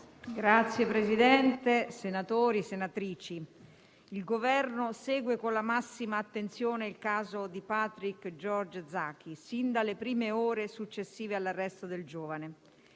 Signor Presidente, senatori e senatrici, il Governo segue con la massima attenzione il caso di Patrick George Zaki sin dalle prime ore successive all'arresto del giovane